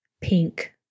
pink